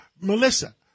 Melissa